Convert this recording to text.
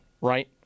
right